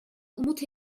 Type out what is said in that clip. umut